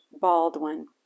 Baldwin